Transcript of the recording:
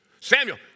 Samuel